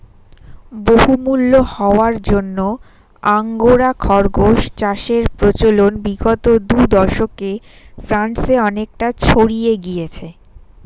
বহুমূল্য হওয়ার জন্য আঙ্গোরা খরগোশ চাষের প্রচলন বিগত দু দশকে ফ্রান্সে অনেকটা ছড়িয়ে গিয়েছে